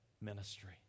ministry